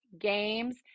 games